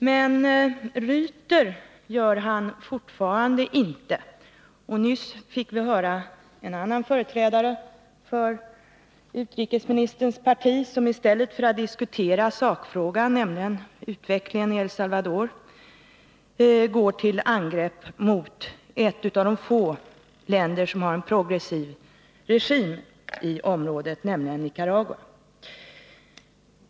Men ryter gör han fortfarande inte, och nyss fick vi höra en annan företrädare för utrikesministerns parti som i stället för att diskutera sakfrågan — utvecklingen i El Salvador — gick till angrepp mot ett av de få länder i området som har en progressiv regim, nämligen Nicaragua.